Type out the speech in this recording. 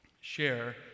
share